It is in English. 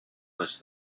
was